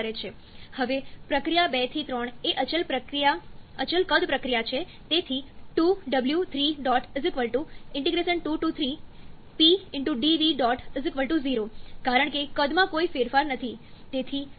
હવે પ્રક્રિયા 2 થી 3 એ અચલ કદ પ્રક્રિયા છે તેથી ₂w3 23Pdv 0 કારણ કે કદમાં કોઈ ફેરફાર નથી તેથી આ 0 છે